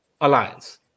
alliance